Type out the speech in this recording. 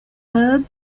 heard